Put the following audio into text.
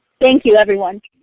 thank you, everyone.